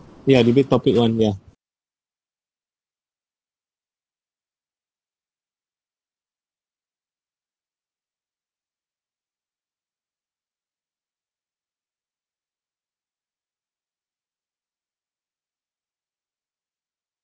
ya debate topic one ya